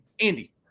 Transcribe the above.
Andy